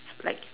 like